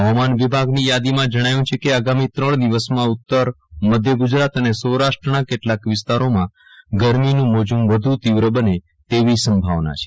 હવામાન વિભાગની યાદીમાં જણાવ્યું છે કે આગામી ત્રણ દિવસમાં ઉત્તર મધ્ય ગુજરાત અને સૌરાષ્ટ્રના કેટલાંક વિસ્તારોમાં ગરમીનું મોજું વધુ તીવ્ર બને તેવી સંભાવના છે